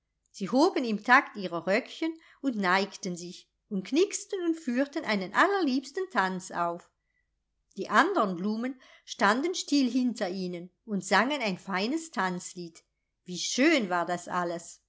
sie hoben im takt ihre röckchen und neigten sich und knixten und führten einen allerliebsten tanz auf die andern blumen standen still hinter ihnen und sangen ein feines tanzlied wie schön war das alles